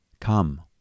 come